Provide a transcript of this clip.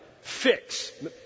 fix